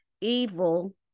evil